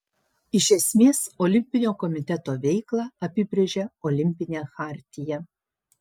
iš esmės olimpinio komiteto veiklą apibrėžia olimpinė chartija